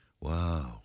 Wow